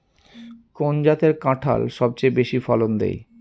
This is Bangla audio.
কোন জাতের কাঁঠাল সবচেয়ে বেশি ফলন দেয়?